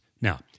Now